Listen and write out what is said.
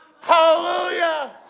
Hallelujah